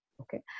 Okay